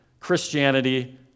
Christianity